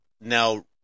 now